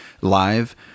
live